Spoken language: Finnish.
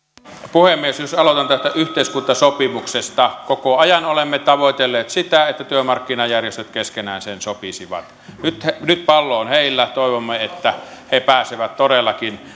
puhemies jos aloitan tästä yhteiskuntasopimuksesta koko ajan olemme tavoitelleet sitä että työmarkkinajärjestöt keskenään sen sopisivat nyt nyt pallo on heillä toivomme että he pääsevät todellakin